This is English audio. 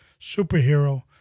superhero